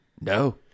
No